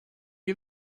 you